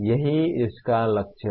यही इसका लक्ष्य है